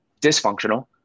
dysfunctional